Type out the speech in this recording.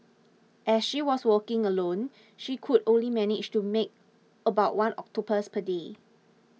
as she was working alone she could only manage to make about one octopus per day